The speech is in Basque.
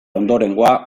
ondorengoa